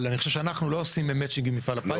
אבל אני חושב שאנחנו לא עושים מצ'ינג עם מפעל הפיס.